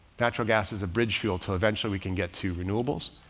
natural gas is a bridge fuel till eventually we can get to renewables.